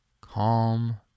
calm